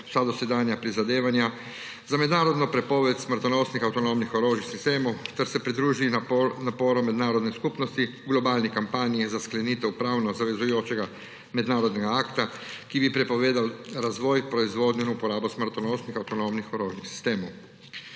vsa dosedanja prizadevanja za mednarodno prepoved smrtonosnih avtonomnih orožij z vsem, kar se pridruži naporom mednarodne skupnosti, globalni kampanji za sklenitev pravno zavezujočega mednarodnega akta, ki bi prepovedal razvoj proizvodnje in uporabo smrtonosnih avtonomnih orožnih sistemov.